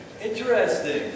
Interesting